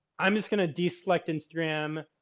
i'm just gonna deselect instagram,